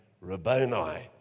Rabboni